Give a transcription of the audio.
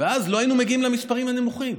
לא היינו מגיעים למספרים הנמוכים.